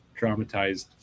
traumatized